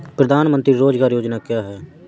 प्रधानमंत्री रोज़गार योजना क्या है?